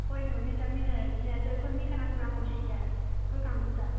ꯍꯣꯏꯅꯦ ꯍꯣꯏꯅꯦ ꯆꯠꯃꯤꯟꯅꯔꯁꯤꯅꯦ ꯑꯗꯣ ꯑꯩꯈꯣꯏ ꯃꯤ ꯀꯅꯥ ꯀꯅꯥ ꯍꯧꯁꯤꯒꯦ ꯑꯩꯈꯣꯏ ꯀꯥꯡꯕꯨꯗ